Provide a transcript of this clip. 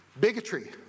bigotry